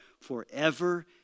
forever